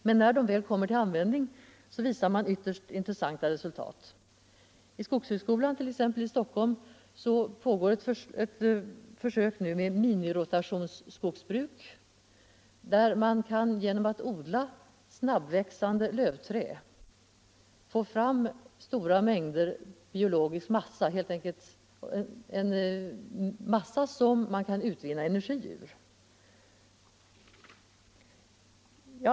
Men när de väl kommer till användning kan de som får dem visa upp ytterst intressanta resultat. Vid skogshögskolan i Stockholm pågår t.ex. nu ett försök med minirotationsskogsbruk. Genom att odla snabbväxande lövträd kan man få fram stora mängder biologisk massa, som man kan utvinna energi ur.